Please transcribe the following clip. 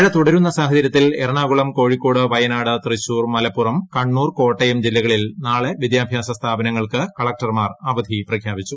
മഴ തുടരുന്ന സാഹചര്യത്തിൽഎറണാകുളം കോഴിക്കോട് വയനാട് തൃശൂർ മലപ്പുറം കണ്ണൂർ കോട്ടയംജില്ലകളിൽ നാളെ വിദ്യാഭ്യാസസ്ഥാപനങ്ങൾക്ക്കളക്ടർമാർ അവധി പ്രഖ്യാപിച്ചു